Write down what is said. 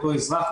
אותו אזרח,